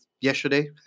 yesterday